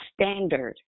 standard